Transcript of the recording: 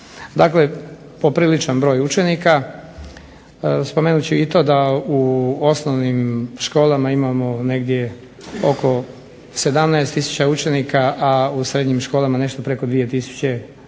Dakle popriličan broj učenika. Spomenut ću i to da u osnovnim školama imamo negdje oko 17 tisuća učenika, a u srednjim školama nešto preko 2 tisuće učenika,